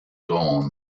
gone